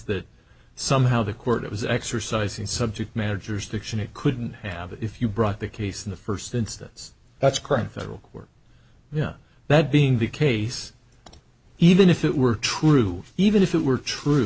that somehow the court was exercising subject managers diction it couldn't have if you brought the case in the first instance that's current federal work yeah that being the case even if it were true even if it were true